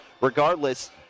regardless